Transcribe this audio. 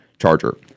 charger